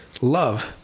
love